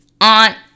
aunt